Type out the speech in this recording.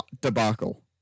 Debacle